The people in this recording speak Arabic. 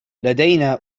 لدينا